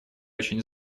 очень